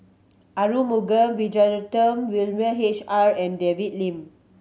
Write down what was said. Arumugam Vijiaratnam William H R and David Lim